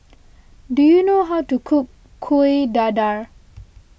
do you know how to cook Kuih Dadar